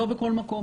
לא בכל מקום.